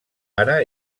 ara